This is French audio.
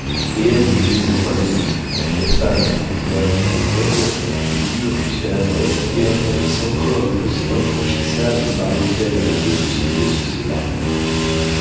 des haines de maison à maison entre femmes bourgeoises et nobles qui durent jusqu'à la mort et agrandissent encore les fossés infranchissables par lesquels les deux sociétés sont séparées